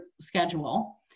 schedule